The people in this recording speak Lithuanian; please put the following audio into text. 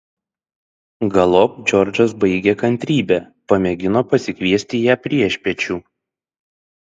galop džordžas baigė kantrybę pamėgino pasikviesti ją priešpiečių